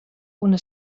una